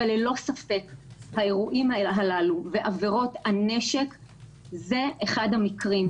אבל ללא ספק האירועים הללו ועבירות הנשק זה אחד המקרים.